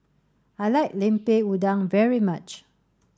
I like Lemper Udang very much